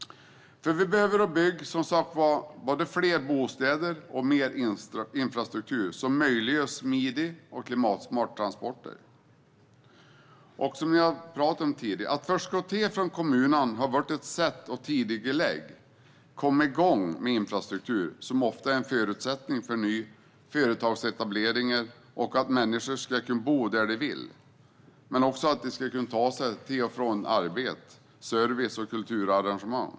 Vi behöver bygga fler bostäder och mer infrastruktur som gör det möjligt med smidiga och klimatsmarta transporter. Som jag har sagt tidigare är kommunal förskottering ett sätt att tidigarelägga och komma igång med infrastruktur, som ofta är en förutsättning för nya företagsetableringar och att människor kan bo där de vill. De ska kunna ta sig till och från arbete, service och kulturarrangemang.